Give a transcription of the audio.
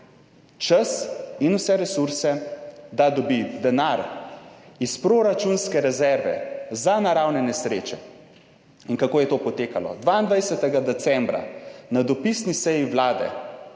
čas in vse resurse, da dobi denar iz proračunske rezerve za naravne nesreče. In kako je to potekalo? 22. decembra na dopisni seji Vlade,